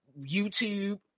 YouTube